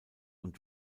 und